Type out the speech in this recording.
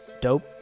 dope